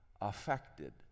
affected